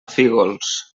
fígols